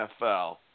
NFL